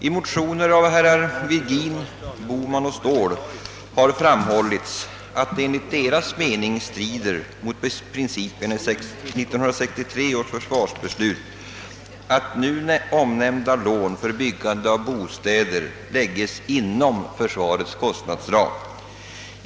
I motioner av herr Virgin i första kammaren och herrar Bohman och Ståhl i andra kammaren har framhållits att det enligt motionärernas mening strider mot principerna i 1963 års försvarsbeslut att nämnda lån för byggande av bostäder lägges inom försvarets kostnadsram.